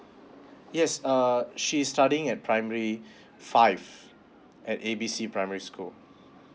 yes err she's studying at primary five at A B C primary school